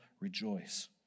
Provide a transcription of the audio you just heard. rejoice